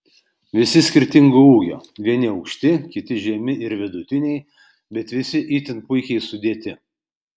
visi skirtingo ūgio vieni aukšti kiti žemi ir vidutiniai bet visi itin puikiai sudėti